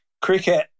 cricket